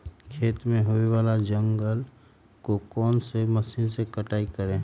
खेत में होने वाले जंगल को कौन से मशीन से कटाई करें?